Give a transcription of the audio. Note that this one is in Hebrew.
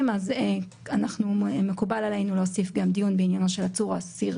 אז צריך למצוא פה את הניסוח.